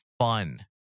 Fun